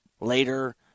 Later